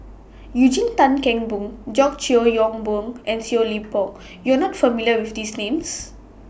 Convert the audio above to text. Eugene Tan Kheng Boon George Yeo Yong Boon and Seow Leng Poh YOU Are not familiar with These Names